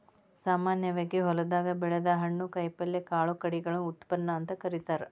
ಸಾಮಾನ್ಯವಾಗಿ ಹೊಲದಾಗ ಬೆಳದ ಹಣ್ಣು, ಕಾಯಪಲ್ಯ, ಕಾಳು ಕಡಿಗಳನ್ನ ಉತ್ಪನ್ನ ಅಂತ ಕರೇತಾರ